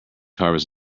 harvest